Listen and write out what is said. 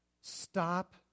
Stop